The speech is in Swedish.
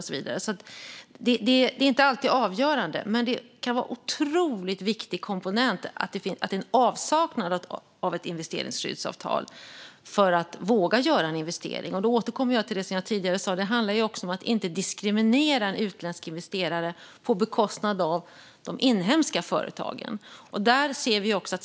Det är alltså inte alltid avgörande, men i avsaknad av ett investeringsskyddsavtal kan det vara en otroligt viktig komponent för att våga göra en investering. Jag återkommer till det som jag sa tidigare om att det handlar om att inte diskriminera en utländsk investerare på bekostnad av de inhemska företagen.